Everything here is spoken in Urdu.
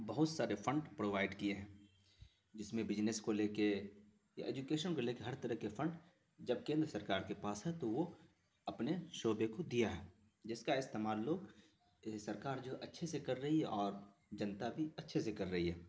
بہت سارے فنڈ پرووائڈ کیے ہیں جس میں بجنس کو لے کے یا ایجوکیشن کو لے کے ہر طرح کے فنڈ جب کیندر سرکار کے پاس ہیں تو وہ اپنے شعبے کو دیا ہے جس کا استعمال لوگ یہ سرکار جو ہے اچھے سے کر رہی ہے اور جنتا بھی اچھے سے کر رہی ہے